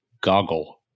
Goggle